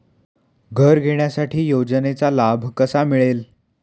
घर घेण्यासाठी योजनेचा लाभ कसा मिळेल?